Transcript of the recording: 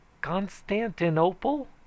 Constantinople